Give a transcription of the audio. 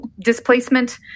displacement